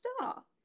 star